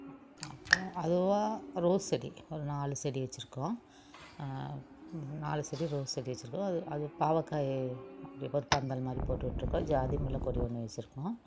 அப்புறம் அதுவா ரோஸ் செடி ஒரு நாலு செடி வச்சிருக்கோம் நாலு செடி ரோஸ் செடி வச்சிருக்கோம் அது அது பாவக்காய் பந்தல்மாதிரி போட்டுவிட்டிருக்கோம் ஜாதிமுல்லைக்கொடி ஒன்று வச்சிருக்கோம்